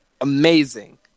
amazing